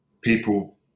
people